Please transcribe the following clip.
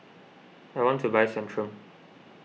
I want to buy Centrum